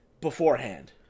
beforehand